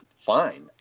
fine